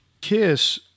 Kiss